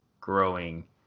growing